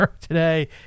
today